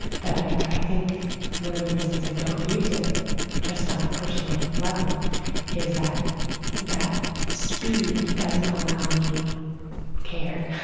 but i i think one of the reasons i don't use it just on a personal level is that that speed doesn't allow me care